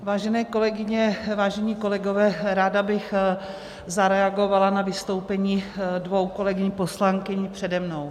Vážené kolegyně, vážení kolegové, ráda bych zareagovala na vystoupení dvou kolegyň poslankyň přede mnou.